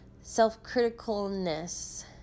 Self-criticalness